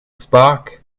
spark